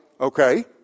okay